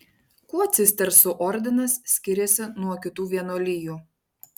kuo cistersų ordinas skiriasi nuo kitų vienuolijų